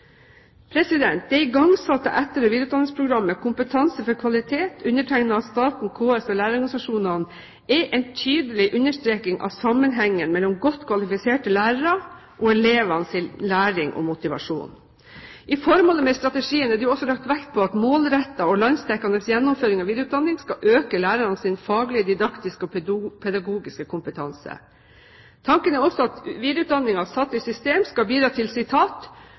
Det igangsatte etter- og videreutdanningsprogrammet Kompetanse for kvalitet, undertegnet av staten, KS og lærerorganisasjonene, er en tydelig understrekning av sammenhengen mellom godt kvalifiserte lærere og elevenes læring og motivasjon. I formålet med strategien er det også lagt vekt på at målrettet og landsdekkende gjennomføring av videreutdanning skal øke lærernes faglige, didaktiske og pedagogiske kompetanse. Tanken er også at videreutdanning satt i system skal bidra til